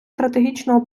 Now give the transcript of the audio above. стратегічного